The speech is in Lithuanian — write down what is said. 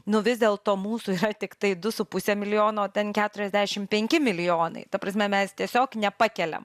nu vis dėlto mūsų jei tiktai du su puse milijono o ten keturiasdešim penki milijonai ta prasme mes tiesiog nepakeliam